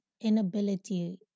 inability